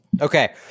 Okay